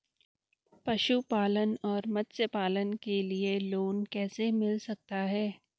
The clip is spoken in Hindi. पशुपालन और मत्स्य पालन के लिए लोन कैसे मिल सकता है?